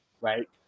right